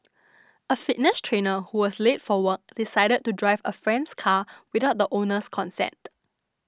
a fitness trainer who was late for work decided to drive a friend's car without the owner's consent